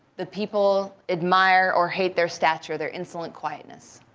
the people admire or hate their stature, their insolent quietness.